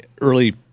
early